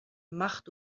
macht